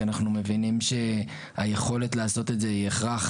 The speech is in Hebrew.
כי אנחנו מבינים שהיכולת לעשות את זה היא הכרח